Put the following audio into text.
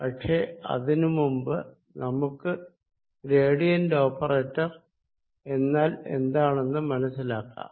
പക്ഷെ അതിനു മുൻപ് നമുക്ക് ഗ്രേഡിയന്റ് ഓപ്പറേറ്റർ എന്നാൽ എന്താണെന്ന് മനസിലാക്കാം